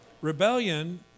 Rebellion